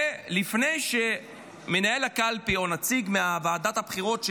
ולפני שמנהל הקלפי או נציג מוועדת הבחירות,